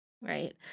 right